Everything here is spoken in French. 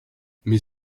mais